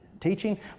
teaching